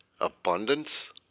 abundance